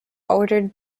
ordered